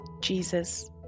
Jesus